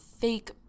fake